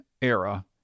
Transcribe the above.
era